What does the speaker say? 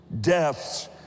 Death's